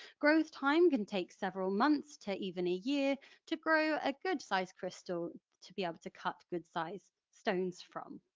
growth time can take several months to even a year to grow a good-sized crystal to be able to cut good size stones from.